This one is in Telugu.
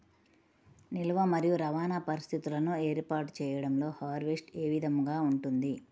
నిల్వ మరియు రవాణా పరిస్థితులను ఏర్పాటు చేయడంలో హార్వెస్ట్ ఏ విధముగా ఉంటుంది?